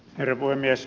herra puhemies